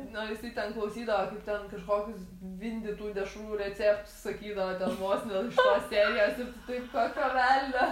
nu jisai ten klausydavo ten kažkokius vindytų dešrų receptus sakydavo ten vos ne iš tos serijos tai kokio velnio